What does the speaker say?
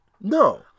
No